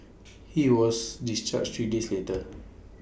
he was discharged three days later